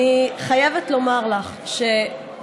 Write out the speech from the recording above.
אני חייבת לומר לך שכאן,